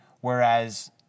whereas